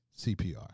CPR